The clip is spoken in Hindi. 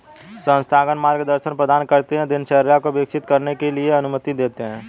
संस्थान मार्गदर्शन प्रदान करते है दिनचर्या को विकसित करने की अनुमति देते है